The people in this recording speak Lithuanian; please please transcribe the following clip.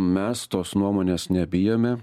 mes tos nuomonės nebijome